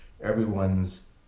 everyone's